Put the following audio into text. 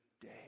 day